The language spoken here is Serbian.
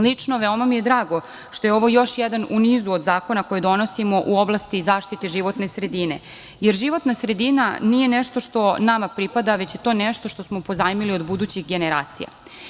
Lično, veoma mi je drago što je ovo još jedan u nizu od zakona koje donosimo u oblasti zaštite životne sredine, jer životna sredina nije nešto što nama pripada, već je to nešto što smo pozajmili od budućih generacija.